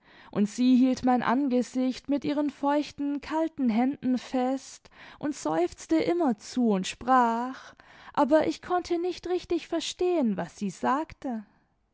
und sie hielt mein angesicht mit ihren feuchten kalten händen fest und seufzte immerzu und sprach aber ich konnte nicht richtig verstehen was sie sagte